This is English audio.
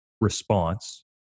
response